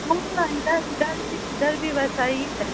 ہاں ادھر ادھر بھی ادھر بھی ویسا ہی ہے